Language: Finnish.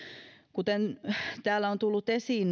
kuten täällä on tullut esiin